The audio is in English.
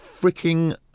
freaking